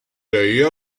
der